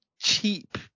cheap